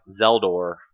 Zeldor